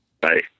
Bye